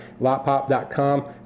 lotpop.com